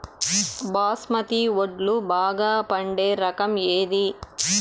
బాస్మతి వడ్లు బాగా పండే రకం ఏది